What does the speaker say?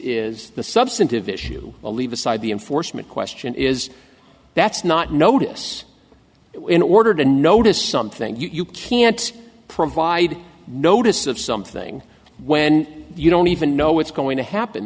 is the substantive issue will leave aside the enforcement question is that's not notice it in order to notice something you can't provide notice of something when you don't even know what's going to happen